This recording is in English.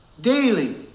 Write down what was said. Daily